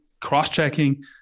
cross-checking